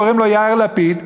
קוראים לו יאיר לפיד,